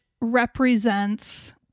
represents